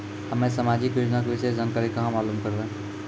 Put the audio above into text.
हम्मे समाजिक योजना के विशेष जानकारी कहाँ मालूम करबै?